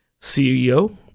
CEO